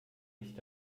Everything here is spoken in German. nicht